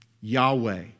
Yahweh